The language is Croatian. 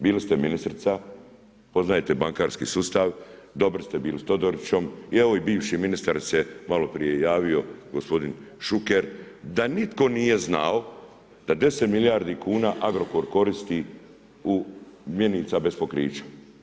Bili ste ministrica, poznajte bankarski sustav, dobri ste bili s Todorićom i evo i bivši ministar se malo prije javio gospodin Šuker, da nitko nije znao da 10 milijardi kuna Agrokor koristi mjenica bez pokrića.